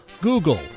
Google